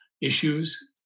issues